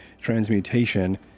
transmutation